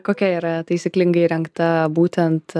kokia yra taisyklingai įrengta būtent